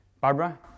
Barbara